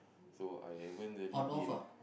so I haven't really been